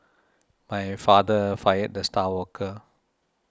my father fired the star worker